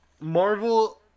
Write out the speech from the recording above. Marvel